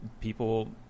people